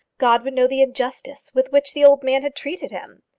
god would know the injustice with which the old man had treated him!